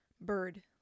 bird